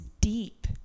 deep